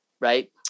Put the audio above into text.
right